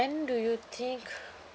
when do you think